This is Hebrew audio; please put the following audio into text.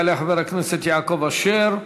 יעלה חבר הכנסת יעקב אשר.